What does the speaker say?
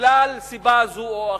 בגלל סיבה זו או אחרת.